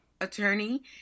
attorney